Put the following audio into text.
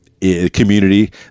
community